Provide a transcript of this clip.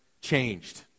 changed